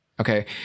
Okay